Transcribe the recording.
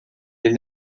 les